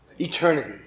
eternity